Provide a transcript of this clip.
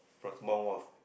from small wharf